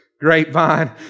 grapevine